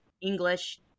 English